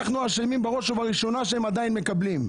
אנחנו אשמים בראש ובראשונה שהם עדיין מקבלים.